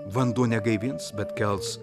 vanduo negaivins bet kels